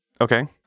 Okay